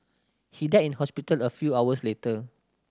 he died in hospital a few hours later